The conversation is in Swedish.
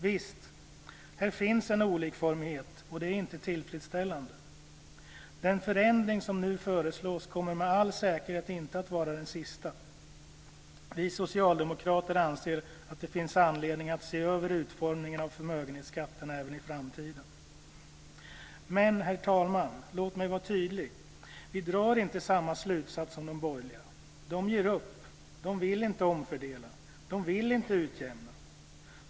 Visst finns det en olikformighet här, och det är inte tillfredsställande. Den förändring som nu föreslås kommer med all säkerhet inte att vara den sista. Vi socialdemokrater anser att det finns anledning att se över utformningen av förmögenhetsskatten även i framtiden. Men, herr talman, låt mig vara tydlig. Vi drar inte samma slutsats som de borgerliga. De ger upp. De vill inte omfördela. De vill inte utjämna.